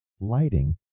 Lighting